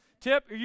tip